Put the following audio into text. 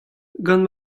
gant